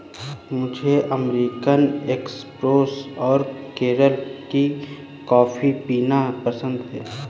मुझे American espresso और केरल की कॉफी पीना पसंद है